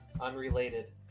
unrelated